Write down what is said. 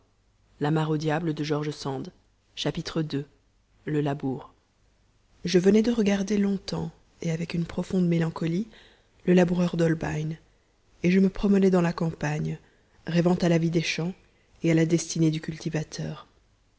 ii le labour je venais de regarder longtemps et avec une profonde mélancolie le laboureur d'holbein et je me promenais dans la campagne rêvant à la vie des champs et à la destinée du cultivateur